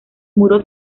muro